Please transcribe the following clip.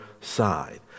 side